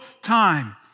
time